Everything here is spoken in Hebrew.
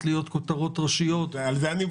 להיות כותרות ראשיות -- על זה אני בונה.